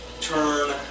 turn